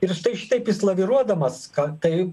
ir štai šitaip jis laviruodamas kad tai